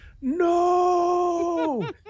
no